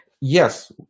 yes